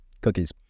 cookies